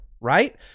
right